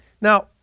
Now